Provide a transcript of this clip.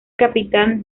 capitán